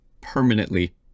permanently